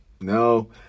No